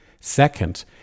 Second